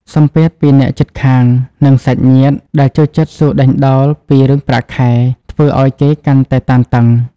សម្ពាធពីអ្នកជិតខាង និងសាច់ញាតិដែលចូលចិត្តសួរដេញដោលពីរឿងប្រាក់ខែ ធ្វើឱ្យគេកាន់តែតានតឹង។